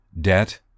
debt